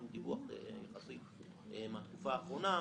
שהוא דיווח מהתקופה האחרונה.